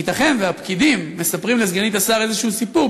ייתכן שהפקידים מספרים לסגנית השר איזה סיפור,